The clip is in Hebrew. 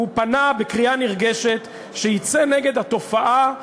הוא פנה בקריאה נרגשת שיצאה נגד התופעה,